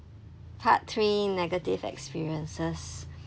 part three negative experiences